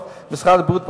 במשרד הבריאות,